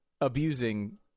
abusing